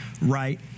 right